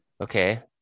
Okay